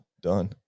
done